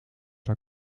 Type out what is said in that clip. zou